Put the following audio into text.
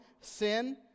sin